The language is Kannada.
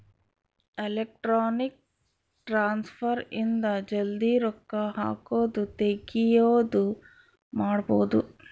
ಎಲೆಕ್ಟ್ರಾನಿಕ್ ಟ್ರಾನ್ಸ್ಫರ್ ಇಂದ ಜಲ್ದೀ ರೊಕ್ಕ ಹಾಕೋದು ತೆಗಿಯೋದು ಮಾಡ್ಬೋದು